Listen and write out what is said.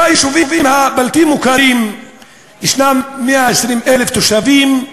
ביישובים הבלתי-מוכרים יש 120,000 תושבים.